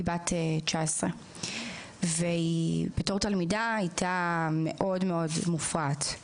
היא בת 19. בתור תלמידה היא הייתה מאוד מופרעת,